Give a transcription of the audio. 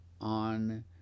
on